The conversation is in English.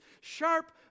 sharp